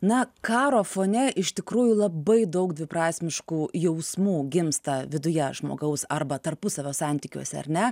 na karo fone iš tikrųjų labai daug dviprasmiškų jausmų gimsta viduje žmogaus arba tarpusavio santykiuose ar ne